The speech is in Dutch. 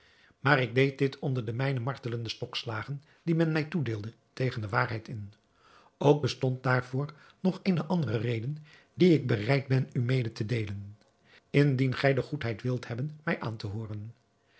maar ik deed dit onder de mijne leden martelende stokslagen die men mij toedeelde tegen de waarheid in ook bestond daarvoor nog eene andere reden die ik bereid ben u mede te deelen indien gij de goedheid wilt hebben mij aan te hooren